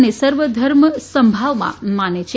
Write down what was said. અને સર્વધર્મ સમભાવમાં માને છે